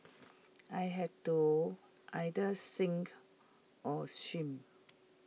I had to either sink or swim